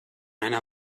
einer